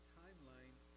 timeline